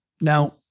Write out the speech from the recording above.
Now